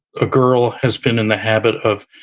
a girl has been in the habit of